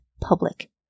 public